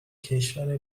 کشور